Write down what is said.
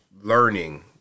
learning